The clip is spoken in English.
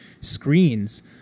screens